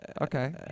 Okay